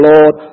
Lord